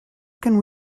can